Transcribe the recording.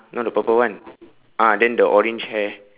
not the purple one ah then the orange hair